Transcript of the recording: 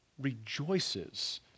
rejoices